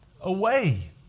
away